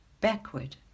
backward